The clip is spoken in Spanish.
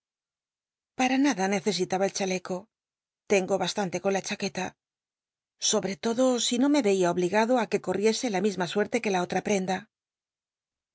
para nada nccésil aba el chaleco tengo basl anle con la chaqueta sobre lodo si no me yeia obligado ti que corr iese la misma suerte que la otra prenda